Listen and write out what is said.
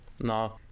No